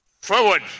Forward